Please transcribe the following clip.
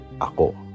ako